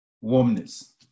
warmness